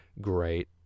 great